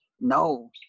no